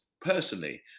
personally